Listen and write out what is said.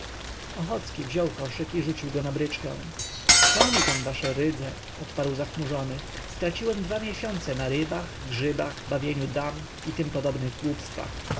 ochocki wziął koszyk i rzucił go na bryczkę co mi tam wasze rydze odparł zachmurzony straciłem dwa miesiące na rybach grzybach bawieniu dam i tym podobnych